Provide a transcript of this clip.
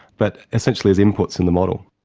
but essentially as inputs in the model.